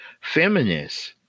feminists